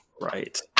Right